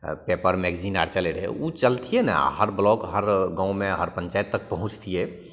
paper magazine आओर चलै रहै ओ चीज चलतिए ने हर ब्लॉक हर गामे हर पञ्चाइत तक पहुँचतिए